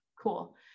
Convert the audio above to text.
cool